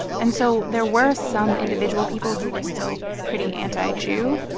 and so there were some individual people who were still pretty anti-jew.